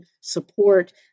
support